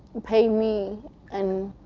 pay me and